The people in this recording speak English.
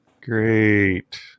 great